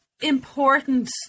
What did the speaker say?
important